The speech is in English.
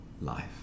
life